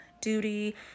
duty